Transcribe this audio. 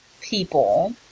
people